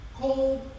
cold